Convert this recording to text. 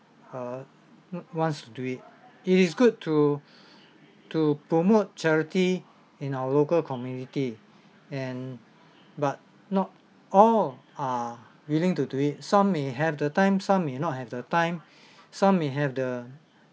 err n~wants to do it it is good to to promote charity in our local community and but not all are willing to do it some may have the time some may not have the time some may have the